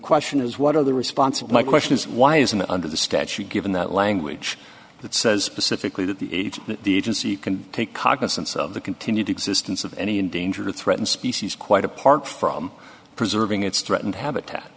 question is what are the response of my question is why isn't it under the statute given that language that says pacifically to the agency can take cognizance of the continued existence of any in danger threatened species quite apart from preserving its threatened habitat